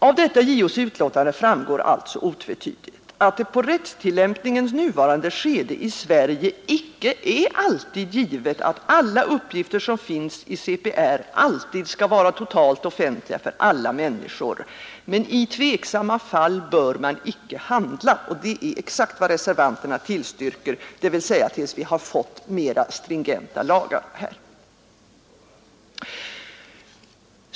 Av detta JO: uttalande framgår otvetydigt att det på rättstillämpningens nuvarande skede i Sverige inte alltid är givet att alla uppgifter som finns i CPR skall vara totalt offentliga för alla människor. I tveksamma fall bör man inte handla, och det är exakt vad reservanterna tillstyrker — dvs. tills vi har fått mera stringenta lagar.